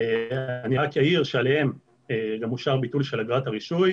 אני רק אעיר שעליהם גם אושר ביטול של אגרת הרישוי,